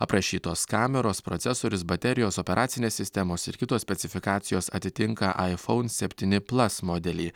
aprašytos kameros procesorius baterijos operacinės sistemos ir kitos specifikacijos atitinka aifoun septyni plas modelį